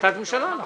בהחלטת ממשלה.